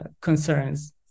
concerns